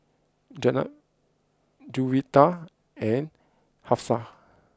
Jenab Juwita and Hafsa